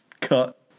cut